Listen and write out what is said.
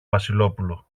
βασιλόπουλο